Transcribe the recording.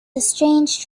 estranged